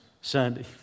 Sunday